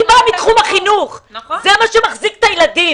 אני באה מתחום החינוך, זה מה שמחזיק את הילדים.